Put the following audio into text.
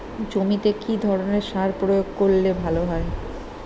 জমিতে কি ধরনের সার প্রয়োগ করলে ভালো হয়?